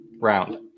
round